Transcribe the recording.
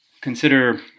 Consider